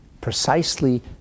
Precisely